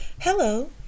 Hello